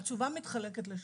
התשובה מתחלקת לשניים.